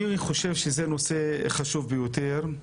אני חושב שזה נושא חשוב ביותר,